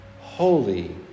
holy